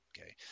Okay